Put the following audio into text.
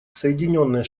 соединенные